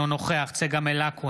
נוכח צגה מלקו,